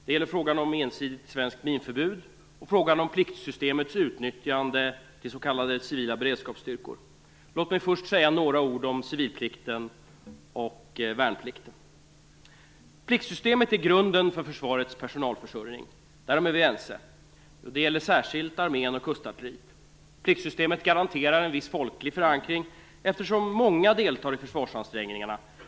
Det gäller frågan om ett ensidigt svenskt minförbud och frågan om pliktsystemets utnyttjande till s.k. civila beredskapsstyrkor. Låt mig först säga några ord om civilplikten och värnplikten. Pliktsystemet är grunden för försvarets personalförsörjning. Därom är vi ense. Det gäller särskilt armén och kustartilleriet. Pliktsystemet garanterar en viss folklig förankring, eftersom många deltar i försvarsansträngningarna.